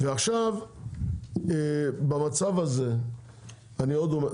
ועכשיו במצב הזה אני עוד פעם אומר,